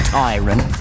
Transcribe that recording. tyrant